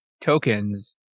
tokens